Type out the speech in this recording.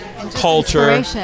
Culture